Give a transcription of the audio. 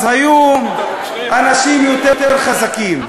אז היו אנשים יותר חזקים: